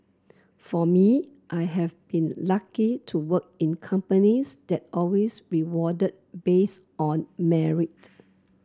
for me I have been lucky to work in companies that always rewarded based on merit